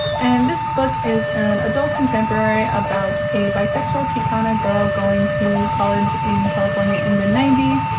and this book is an adult contemporary about a bisexual chicana girl going to college in california in the ninety s.